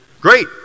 Great